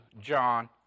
John